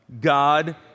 God